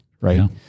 right